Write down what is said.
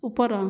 ଉପର